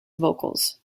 vocals